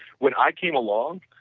when i came along,